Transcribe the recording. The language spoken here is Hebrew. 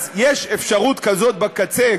אז יש אפשרות כזאת בקצה,